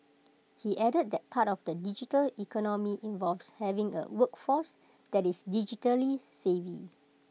he added that part of the digital economy involves having A workforce that is digitally savvy